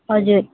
हजुर